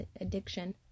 addiction